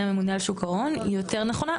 הממונה על שוק ההון היא יותר נמוכה,